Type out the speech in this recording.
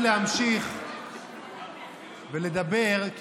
להמשיך לדבר,